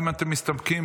האם אתם מסתפקים?